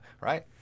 Right